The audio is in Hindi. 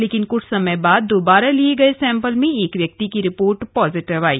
लेकिन कुछ समय बाद दोबोरा लिए गये सैंपल में एक व्यक्ति की रिपोर्ट पोजेटिव आई